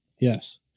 Yes